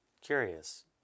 Curious